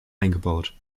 eingebaut